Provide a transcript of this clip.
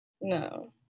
No